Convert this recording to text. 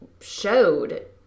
showed